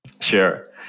Sure